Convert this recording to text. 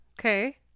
Okay